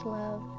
love